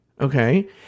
okay